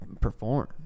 perform